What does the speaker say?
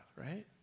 right